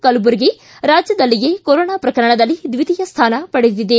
ಕಲಬುರಗಿ ರಾಜ್ಯದಲ್ಲಿಯೇ ಕೊರೊನಾ ಪ್ರಕರಣದಲ್ಲಿ ದ್ವಿತೀಯ ಸ್ಥಾನ ಪಡೆದಿದೆ